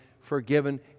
forgiven